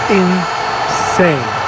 insane